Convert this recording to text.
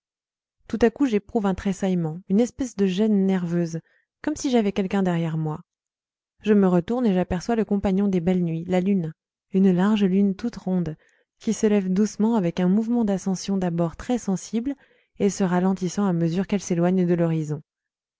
tout à coup j'éprouve un tressaillement une espèce de gêne nerveuse comme si j'avais quelqu'un derrière moi je me retourne et j'aperçois le compagnon des belles nuits la lune une large lune toute ronde qui se lève doucement avec un mouvement d'ascension d'abord très sensible et se ralentissant à mesure qu'elle s'éloigne de l'horizon